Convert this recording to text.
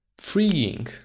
freeing